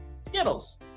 Skittles